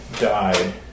died